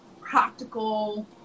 practical